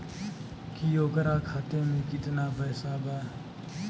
की ओकरा खाता मे कितना पैसा बा?